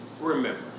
remember